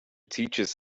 teaches